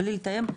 בלי לתאם,